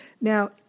Now